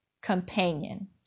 Companion